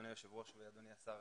אדוני היושב ראש ואדוני השר,